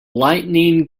lightning